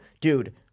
Dude